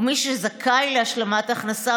ומי שזכאי להשלמת הכנסה,